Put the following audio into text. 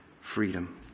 freedom